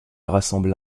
rassembla